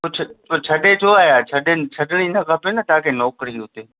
पोइ छ पोइ छॾे छो आया छॾणु छॾिणी न खपे न तव्हांखे नौकिरी उते